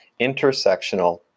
intersectional